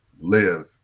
live